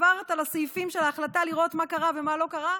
עברת על הסעיפים של ההחלטה לראות מה קרה ומה לא קרה,